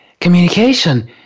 communication